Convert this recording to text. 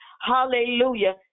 hallelujah